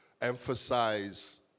emphasize